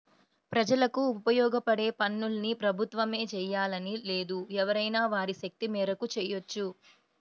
ప్రజలకు ఉపయోగపడే పనుల్ని ప్రభుత్వమే జెయ్యాలని లేదు ఎవరైనా వారి శక్తి మేరకు చెయ్యొచ్చు